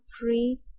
free